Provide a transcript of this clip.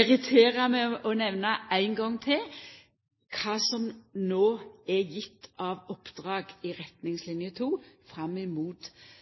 irritera med å nemna ein gong til kva som no er gjeve av oppdrag i Retningslinje 2 fram imot